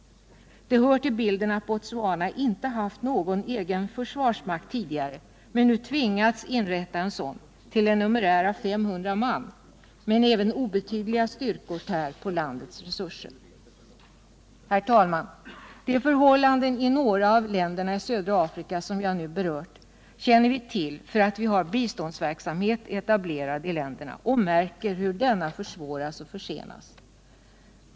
Det hör till bilden att Botswana inte haft någon egen försvarsmakt men nu tvingats inrätta en sådan till en numerär av 500 man. Men även obetydliga styrkor tär på landets resurser. Herr talman! De förhållanden i några av länderna i södra Afrika som jag nu berört känner vi till på grund av att vi har biståndsverksamhet etablerad i de länderna och märker hur denna försvåras och försenas.